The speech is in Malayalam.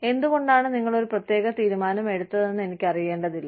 എന്തുകൊണ്ടാണ് നിങ്ങൾ ഒരു പ്രത്യേക തീരുമാനം എടുത്തതെന്ന് എനിക്കറിയേണ്ടതില്ല